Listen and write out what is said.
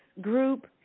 group